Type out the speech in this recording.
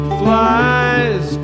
flies